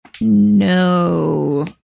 No